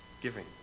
giving